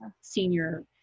senior